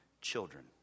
children